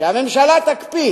שהממשלה תקפיא